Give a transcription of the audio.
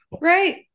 Right